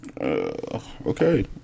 Okay